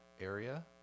area